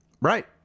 right